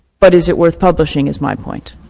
but is it worth publishing, is my point.